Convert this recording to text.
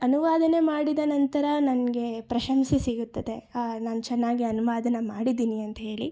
ಅನುವಾದ ಮಾಡಿದ ನಂತರ ನನಗೆ ಪ್ರಶಂಸೆ ಸಿಗುತ್ತದೆ ನಾನು ಚೆನ್ನಾಗಿ ಅನುವಾದ ಮಾಡಿದ್ದೀನಿ ಅಂತಹೇಳಿ